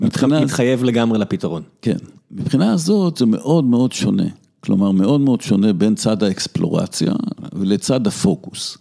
מתחייב לגמרי לפתרון. כן, מבחינה הזאת זה מאוד מאוד שונה. כלומר, מאוד מאוד שונה בין צד האקספלורציה ולצד הפוקוס.